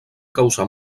causar